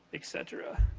et cetera.